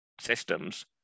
systems